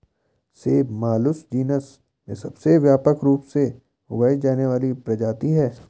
सेब मालुस जीनस में सबसे व्यापक रूप से उगाई जाने वाली प्रजाति है